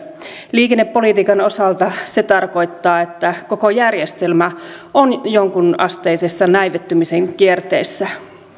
liikennepolitiikan osalta se tarkoittaa että koko järjestelmä on jonkunasteisessa näivettymisen kierteessä